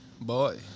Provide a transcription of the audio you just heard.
Boy